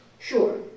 Sure